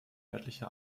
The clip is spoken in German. örtliche